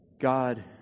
God